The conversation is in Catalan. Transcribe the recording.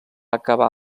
acabar